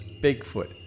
Bigfoot